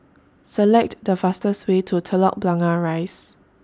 Select The fastest Way to Telok Blangah Rise